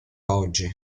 oggi